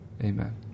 amen